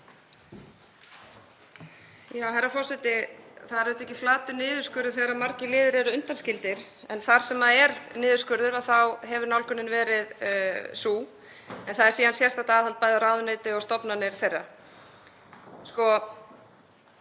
Herra forseti. Það er auðvitað ekki flatur niðurskurður þegar margir liðir eru undanskildir en þar sem er niðurskurður þá hefur nálgunin verið sú. En það er síðan sérstakt aðhald bæði á ráðuneyti og stofnanir þeirra.